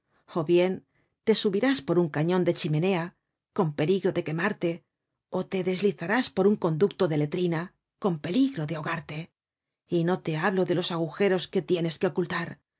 ó bien te subirás por un cañon de dhimenea con peligro de quemarte ó te deslizarás por un conducto de letrina con peligro de ahogarte y no te hablo de los agujeros que tienes que ocultar